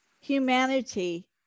humanity